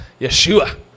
Yeshua